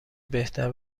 بهتر